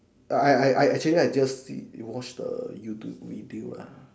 I I I I actually I just see watch the YouTube video lah